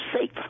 safe